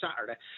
Saturday